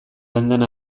andana